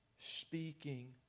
speaking